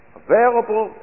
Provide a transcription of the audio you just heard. available